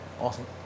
awesome